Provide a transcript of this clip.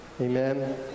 Amen